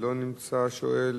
שלא נמצא השואל,